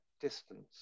distance